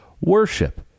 worship